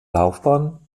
laufbahn